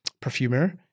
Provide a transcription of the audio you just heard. perfumer